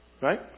Right